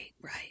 right